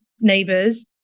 neighbors